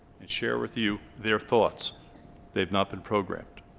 and share with you their thoughts they've not been programmed